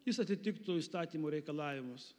jis atitiktų įstatymų reikalavimus